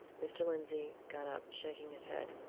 mr. lindsey got up, shaking his head.